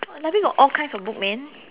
library got all kinds of book man